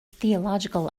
theological